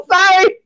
Sorry